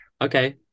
okay